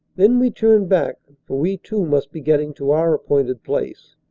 then we turn back, for we too must be getting to our appointed place.